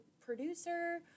producer